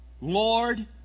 Lord